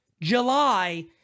July